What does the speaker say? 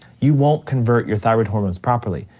you won't convert your thyroid hormones properly.